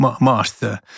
master